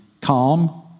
calm